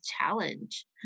challenge